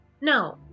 No